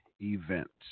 events